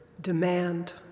demand